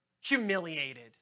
humiliated